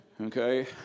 Okay